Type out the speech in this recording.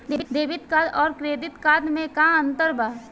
Debit card आउर credit card मे का अंतर बा?